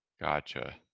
Gotcha